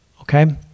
okay